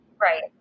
Right